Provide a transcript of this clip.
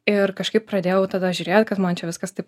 ir kažkaip pradėjau tada žiūrėt kad man čia viskas taip